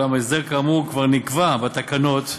אולם הסדר כאמור כבר נקבע בתקנות,